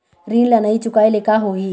ऋण ला नई चुकाए ले का होही?